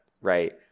right